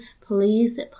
please